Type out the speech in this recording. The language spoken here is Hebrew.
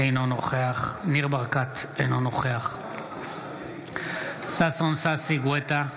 אינו נוכח ניר ברקת, אינו נוכח ששון ששי גואטה,